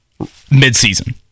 midseason